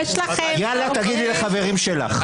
יאללה תגידי לחברים שלך.